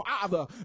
father